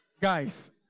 Guys